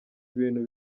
ibintu